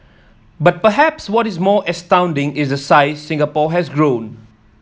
but perhaps what is more astounding is the size Singapore has grown